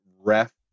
ref